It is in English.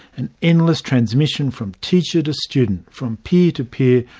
an endless transmission from teacher to student, from peer to peer,